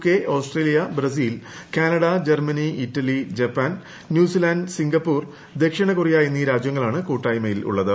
K Australia Brazil Canada Germany Italy Japan New Zealand Singapore ദക്ഷിണ Korea എന്നീ രാജ്യങ്ങളാണ് കൂട്ടായ്മയിലുള്ളത്